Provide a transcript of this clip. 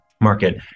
market